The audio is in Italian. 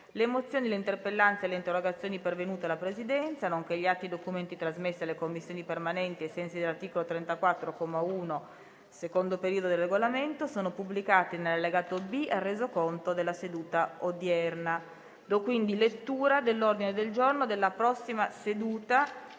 Le mozioni, le interpellanze e le interrogazioni pervenute alla Presidenza, nonché gli atti e i documenti trasmessi alle Commissioni permanenti ai sensi dell'articolo 34, comma 1, secondo periodo, del Regolamento sono pubblicati nell'allegato B al Resoconto della seduta odierna. **Ordine del giorno per la seduta